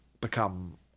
become